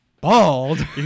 Bald